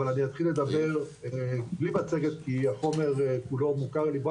אבל אני אתחיל לדבר בלי מצגת כי החומר כולו מוכר לי.